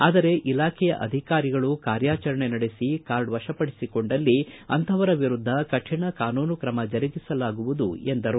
ಆದರೆ ಇಲಾಖೆಯ ಅಧಿಕಾರಿಗಳು ಕಾರ್ಯಾಚರಣೆ ನಡೆಸಿ ಕಾರ್ಡ್ ಮಪಡಿಸಿಕೊಂಡಲ್ಲಿ ಅಂಥವರ ವಿರುದ್ಧ ಕರೀಣ ಕಾನೂನು ಕ್ರಮ ಜರುಗಿಸಲಾಗುವುದು ಎಂದರು